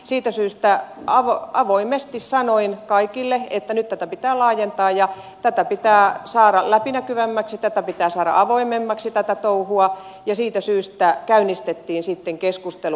siitä syystä avoimesti sanoin kaikille että nyt tätä pitää laajentaa ja tätä pitää saada läpinäkyvämmäksi pitää saada avoimemmaksi tätä touhua ja siitä syystä käynnistettiin sitten keskustelu